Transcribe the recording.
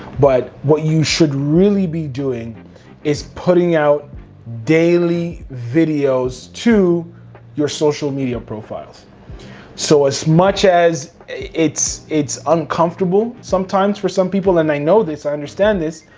but what you should really be doing is putting out daily videos to your social media profiles so as much as it's it's uncomfortable, sometimes for some people, and i know this, i understand this,